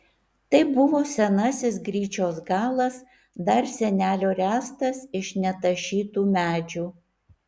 tai buvo senasis gryčios galas dar senelio ręstas iš netašytų medžių